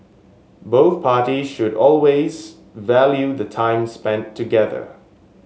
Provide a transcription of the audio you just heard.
both parties should always value the time spent together